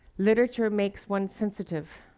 literature makes one sensitive,